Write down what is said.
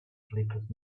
sleepless